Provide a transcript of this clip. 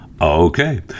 okay